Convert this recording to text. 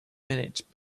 minutes